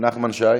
נחמן שי.